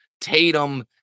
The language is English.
Tatum